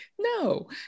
no